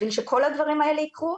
בשביל שכל הדברים האלה יקרו,